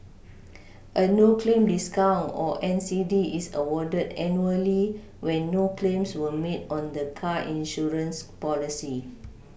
a no claim discount or N C D is awarded annually when no claims were made on the car insurance policy